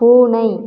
பூனை